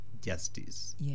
justice